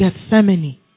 Gethsemane